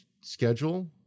schedule